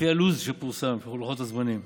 לפי הלו"ז שפורסם, לפי לוחות הזמנים.